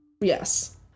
Yes